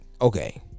Okay